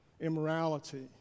immorality